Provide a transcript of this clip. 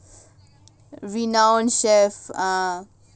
renowned chef ah